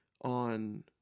on